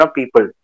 people